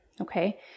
okay